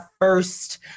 first